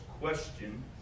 question